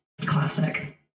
Classic